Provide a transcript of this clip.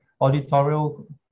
auditorial